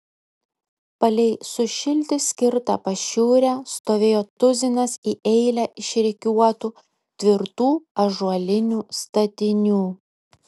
palei sušilti skirtą pašiūrę stovėjo tuzinas į eilę išrikiuotų tvirtų ąžuolinių statinių